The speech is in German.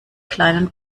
kleinen